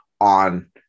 on